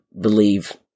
believe